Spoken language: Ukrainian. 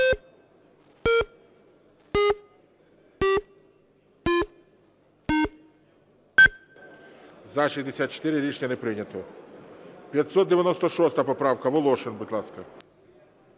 За-64 Рішення не прийнято. 596 поправка. Волошин, будь ласка.